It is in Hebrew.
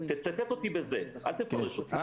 תצטט אותי בזה, אל תפרש אותי.